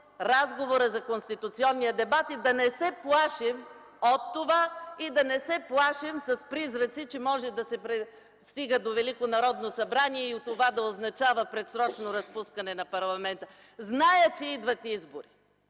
разговорът за конституционния дебат. И да не се плашим от това, и да не се плашим с призраци, че може да се стигне до Велико Народно събрание и това да означава предсрочно разпускане на парламента. Зная, че идват избори